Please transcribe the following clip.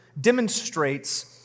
demonstrates